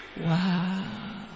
Wow